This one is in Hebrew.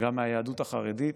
וגם היהדות החרדית,